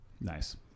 Nice